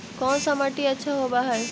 कोन सा मिट्टी अच्छा होबहय?